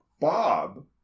Bob